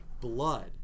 blood